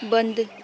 ਬੰਦ